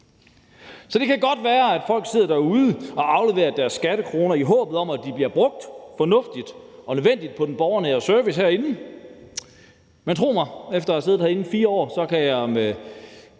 Så det kan godt være, at folk sidder derude og afleverer deres skattekroner, i håb om at de bliver brugt fornuftigt og nødvendigt herinde på den borgernære service. Men tro mig, efter at have siddet herinde i 4 år kan jeg